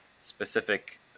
specific